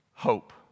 hope